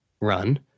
run